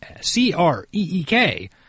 C-R-E-E-K